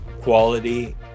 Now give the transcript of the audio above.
quality